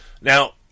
Now